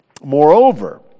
Moreover